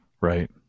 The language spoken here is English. Right